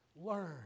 learn